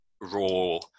raw